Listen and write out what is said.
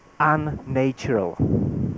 unnatural